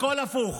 הכול הפוך.